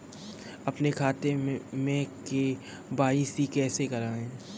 अपने खाते में के.वाई.सी कैसे कराएँ?